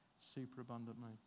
superabundantly